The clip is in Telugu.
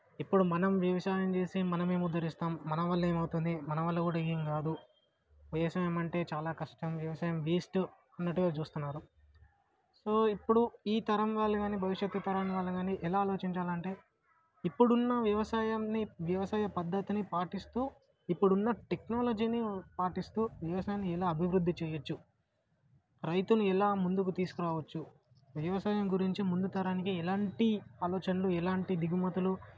ఇప్పుడు మనం ఈ వ్యవసాయం చేసి మనం ఏమి ఉద్దరిస్తాం మన వల్ల ఏమవుతుంది మన వల్ల కూడా ఏం కాదు వ్యవసాయం అంటే చాలా కష్టం వ్యవసాయం వేస్ట్ అన్నట్టుగా చూస్తున్నారు సో ఇప్పుడు ఈ తరం వాళ్ళు కానీ భవిష్యత్తు తరం వాళ్ళు కానీ ఎలా ఆలోచించాలి అంటే ఇప్పుడు ఉన్న వ్యవసాయాన్ని వ్యవసాయ పద్ధతిని పాటిస్తు ఇప్పుడు ఉన్న టెక్నాలజీని పాటిస్తు వ్యవసాయాన్ని ఎలా అభివృద్ధి చేయచ్చు రైతులు ఎలా ముందుకు తీసుకొని రావచ్చు వ్యవసాయం గురించి ముందు తరానికి ఎలాంటి ఆలోచనలు ఎలాంటి దిగుమతులు